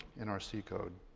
in our c code.